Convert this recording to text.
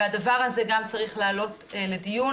והדבר הזה גם צריך לעלות לדיון.